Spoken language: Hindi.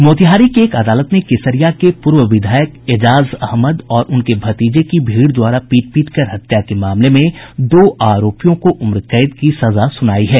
मोतिहारी की एक अदालत ने केसरिया के पूर्व विधायक एजाज अहमद और उनके भतीजे की भीड़ द्वारा पीट पीट कर हत्या के मामले में दो आरोपियों को उम्र कैद की सजा सुनायी है